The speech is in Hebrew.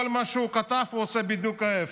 כל מה שהוא כתב, הוא עושה בדיוק ההפך.